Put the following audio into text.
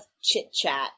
chit-chat